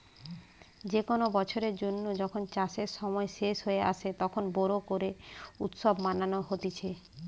যে কোনো বছরের জন্য যখন চাষের সময় শেষ হয়ে আসে, তখন বোরো করে উৎসব মানানো হতিছে